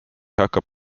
hakkab